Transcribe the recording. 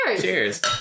cheers